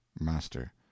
master